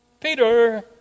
Peter